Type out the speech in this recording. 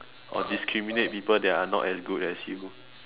or discriminate people they are not as good as you